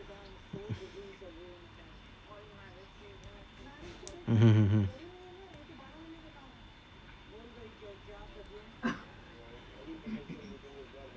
mmhmm mm